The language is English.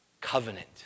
Covenant